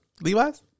Levi's